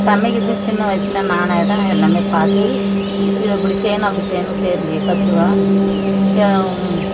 சமைக்கிறது சின்ன வயசில் நானே தான் எல்லாமே பார்த்து இதை இப்படி செய்யணும் அப்படி செய்யணும் செஞ்சு கற்றுக்குவேன் ஏ